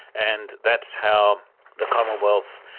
and that's how the commonwealth,